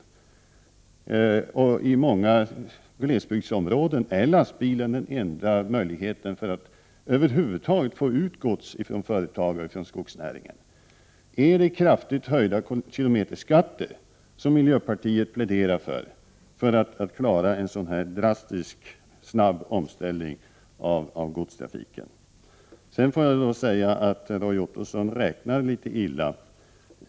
I många glesbygdsområden är lastbilen den enda möjligheten för att över huvud taget få ut gods från företagen inom skogsnäringen. Pläderar miljöpartiet för kraftigt höjda kilometerskatter för att kunna genomföra en så drastisk och snabb omställning av godstrafiken? Jag vill också säga att Roy Ottosson räknar litet illa.